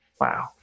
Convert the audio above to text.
Wow